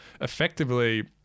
effectively